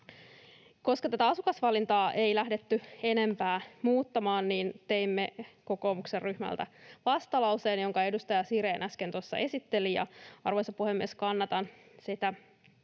koska tätä asukasvalintaa ei lähdetty enempää muuttamaan, niin teimme, kokoomuksen ryhmä, vastalauseen, jonka edustaja Sirén äsken tuossa esitteli, ja, arvoisa puhemies, kannatan niitä